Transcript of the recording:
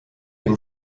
dem